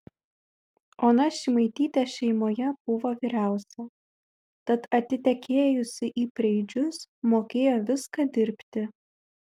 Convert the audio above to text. ona šimaitytė šeimoje buvo vyriausia tad atitekėjusi į preidžius mokėjo viską dirbti